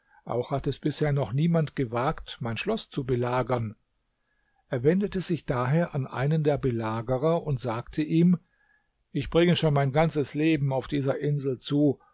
auch hat es bisher noch niemand gewagt mein schloß zu belagern er wendete sich daher an einen der belagerer und sagte ihm ich bringe schon mein ganzes leben auf dieser insel zu